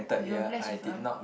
you were bless with a